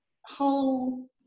whole